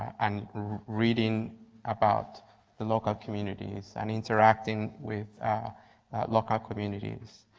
and reading about the local communities and interacting with local communities.